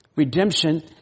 Redemption